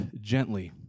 gently